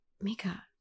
Mika